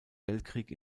weltkrieg